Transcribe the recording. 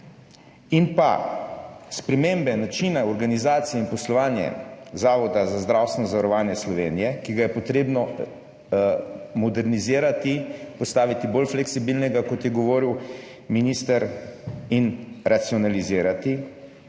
in pa spremembe načina organizacije in poslovanja Zavoda za zdravstveno zavarovanje Slovenije, ki ga je potrebno modernizirati, postaviti bolj fleksibilnega, kot je govoril minister, in racionalizirati